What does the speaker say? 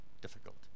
difficult